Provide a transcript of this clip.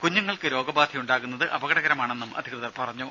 കുഞ്ഞുങ്ങൾക്ക് രോഗബാധയുണ്ടാകുന്നത് അപകടകരമാണെന്നും അധികൃതർ പറഞ്ഞു